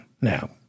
now